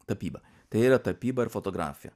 tapyba tai yra tapyba fotografija